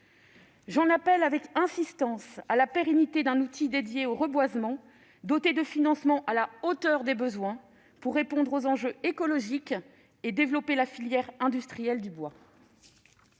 J'en appelle avec insistance à la pérennisation d'un outil dédié au reboisement, doté de financements à la hauteur des besoins, pour répondre aux enjeux écologiques et développer la filière industrielle du bois.